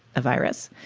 a virus.